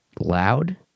loud